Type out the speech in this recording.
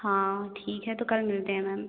हाँ ठीक है तो कल मिलते हैं मैम